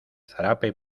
zarape